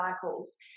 cycles